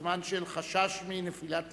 בזמן של חשש מנפילת טילים,